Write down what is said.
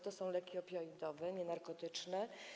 To są leki opioidowe, a nie narkotyczne.